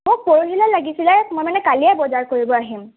মোক পৰহিলে লাগিছিলে মই মানে কালিয়েই বজাৰ কৰিব আহিম